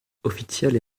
oficiale